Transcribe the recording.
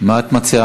מה את מציעה?